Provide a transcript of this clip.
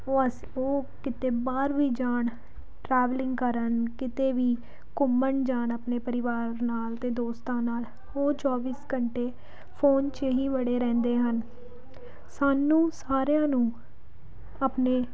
ਉਹ ਅਸ ਉਹ ਕਿਤੇ ਬਾਹਰ ਵੀ ਜਾਣ ਟਰੈਵਲਿੰਗ ਕਰਨ ਕਿਤੇ ਵੀ ਘੁੰਮਣ ਜਾਣ ਆਪਣੇ ਪਰਿਵਾਰ ਨਾਲ ਅਤੇ ਦੋਸਤਾਂ ਨਾਲ ਉਹ ਚੋਵੀਸ ਘੰਟੇ ਫੋਨ 'ਚ ਹੀ ਵੜੇ ਰਹਿੰਦੇ ਹਨ ਸਾਨੂੰ ਸਾਰਿਆਂ ਨੂੰ ਆਪਣੇ